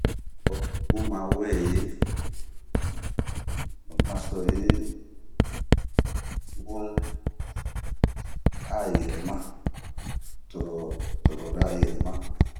Ohh bun ma weyii..lonaso yi wo ayirɛma toroda yirɛma.